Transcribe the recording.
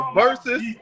versus